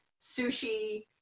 sushi